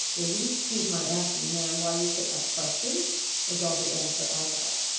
will you excuse my asking, ma'am, why you put that question was all the answer i got.